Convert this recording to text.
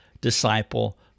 disciple